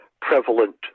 prevalent